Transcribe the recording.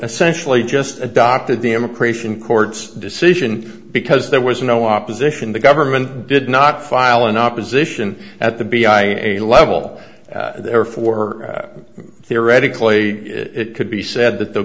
essentially just adopted the immigration court's decision because there was no opposition the government did not file an opposition at the b i level therefore theoretically it could be said that the